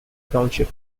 township